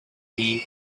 reef